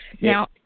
Now